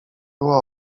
była